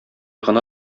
гына